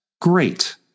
great